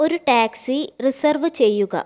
ഒരു taxi reserve ചെയ്യുക